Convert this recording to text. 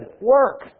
work